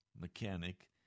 mechanic